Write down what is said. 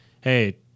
hey